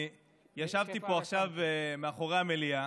ישבתי פה עכשיו מאחורי המליאה,